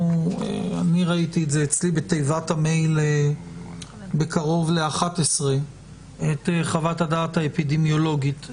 ראיתי אצלי בתיבת המייל קרוב לשעה 11 את חוות הדעת האפידמיולוגית.